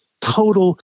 total